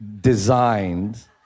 designed